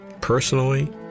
Personally